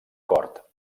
cor